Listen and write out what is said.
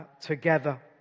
together